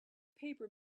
paper